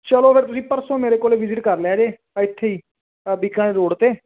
ਚਲੋ ਫਿਰ ਤੁਸੀਂ ਪਰਸੋਂ ਮੇਰੇ ਕੋਲ ਵਿਜਿਟ ਕਰ ਲਿਆ ਜੇ ਇੱਥੇ ਹੀ ਬੀਕਾਨੇਰ ਰੋਡ 'ਤੇ